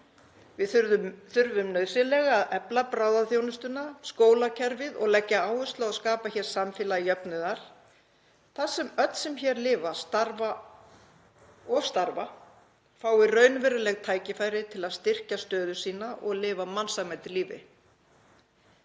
Við þurfum nauðsynlega að efla bráðaþjónustuna, skólakerfið og leggja áherslu á að skapa hér samfélag jöfnuðar þar sem öll sem hér lifa og starfa fái raunveruleg tækifæri til að styrkja stöðu sína og lifa mannsæmandi lífi.